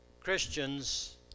Christians